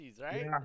right